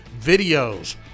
videos